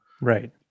Right